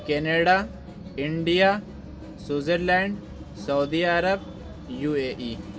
Canada India Switzerland Saudi Arab U A E